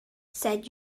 seit